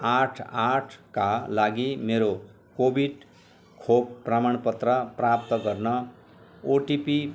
आठ आठका लागि मेरो कोभिड खोप प्रमाणपत्र प्राप्त गर्न ओटिपी